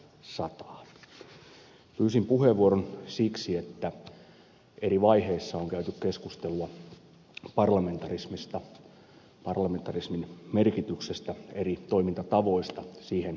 pyysin puheenvuoron siksi että eri vaiheissa on käyty keskustelua parlamentarismista parlamentarismin merkityksestä eri toimintatavoista mitä parlamentarismiin kuuluu